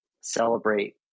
celebrate